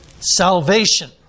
salvation